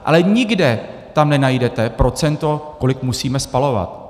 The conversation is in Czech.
Ale nikde tam nenajdete procento, kolik musíme spalovat.